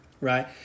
right